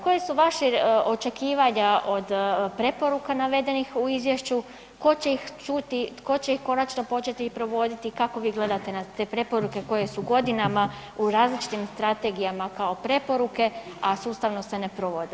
Koja su vaša očekivanja od preporuka navedenih u izvješću, tko će ih čuti, tko će ih konačno početi provodite i kako vi gledate na te preporuke koje su godinama u različitim strategijama kao preporuke, a sustavno se ne provode?